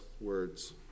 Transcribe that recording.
words